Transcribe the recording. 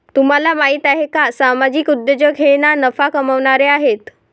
तुम्हाला माहिती आहे का सामाजिक उद्योजक हे ना नफा कमावणारे आहेत